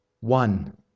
One